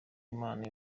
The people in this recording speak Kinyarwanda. imana